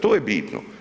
To je bitno.